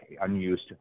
unused